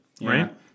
right